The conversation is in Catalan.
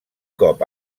cop